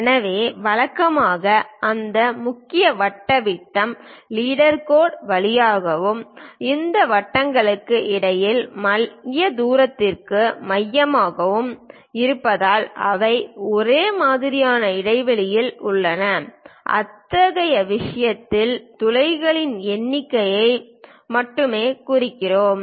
எனவே வழக்கமாக அந்த முக்கிய வட்ட விட்டம் லீடர் கோடு வழியாகவும் இந்த வட்டங்களுக்கு இடையில் மைய தூரத்திற்கு மையமாகவும் இருப்பதால் அவை ஒரே மாதிரியான இடைவெளியில் உள்ளன அத்தகைய விஷயத்தில் துளைகளின் எண்ணிக்கையை மட்டுமே குறிக்கிறோம்